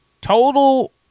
total